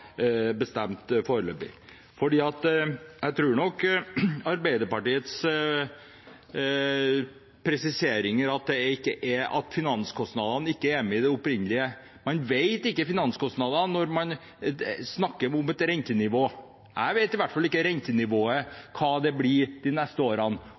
bestemt foreløpig. Arbeiderpartiet sier at finansieringskostnadene ikke er med i det opprinnelige forslaget. Men man vet ikke hva finansieringskostnadene blir når det er snakk om rentenivå. Jeg vet i hvert fall ikke hva rentenivået blir de neste årene.